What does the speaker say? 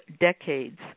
decades